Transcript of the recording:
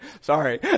sorry